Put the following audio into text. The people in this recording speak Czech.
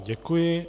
Děkuji.